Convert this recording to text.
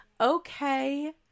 Okay